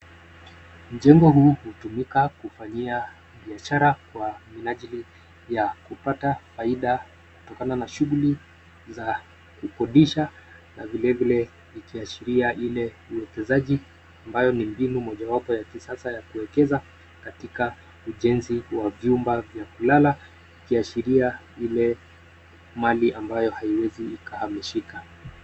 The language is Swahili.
Mjengo huu hutumika kufanyia biashara kwa minajili ya kupata faida kutokana na shughuli za kukodisha na vilivile ikiashiria ile uekeshaji ambayo ni mbinu mojawapo wa kisasa ya kuekeza katika ujenzi wa jumba vya kulala ikiashilia mali ambayo haiwezi ikahamishika.